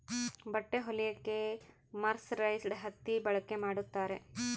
ಬಟ್ಟೆ ಹೊಲಿಯಕ್ಕೆ ಮರ್ಸರೈಸ್ಡ್ ಹತ್ತಿ ಬಳಕೆ ಮಾಡುತ್ತಾರೆ